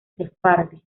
sefardí